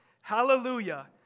Hallelujah